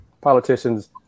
politicians